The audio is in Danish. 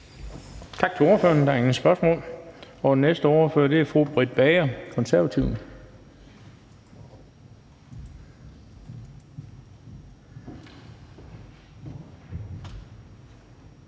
Tak til ordføreren. Der er ingen spørgsmål. Og næste ordfører er fru Britt Bager, Konservative.